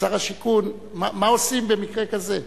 שר השיכון, מה עושים במקרה כזה?